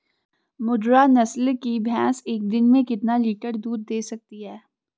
मुर्रा नस्ल की भैंस एक दिन में कितना लीटर दूध दें सकती है?